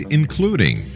including